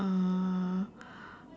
uh